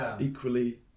equally